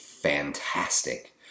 fantastic